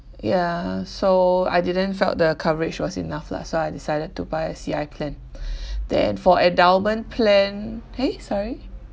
ya so I didn't felt that the coverage was enough lah so I decided to buy a C_I plan then for endowment plan eh sorry